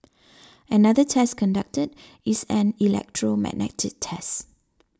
another test conducted is an electromagnetic test